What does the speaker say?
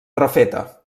refeta